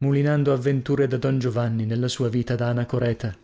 mulinando avventure da don giovanni nella sua vita da anacoreta